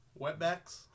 Wetbacks